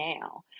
now